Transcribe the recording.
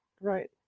Right